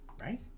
right